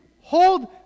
hold